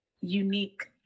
unique